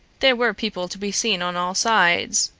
there were people to be seen on all sides.